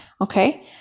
Okay